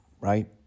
right